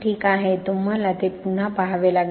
ठीक आहे तुम्हाला ते पुन्हा पहावे लागेल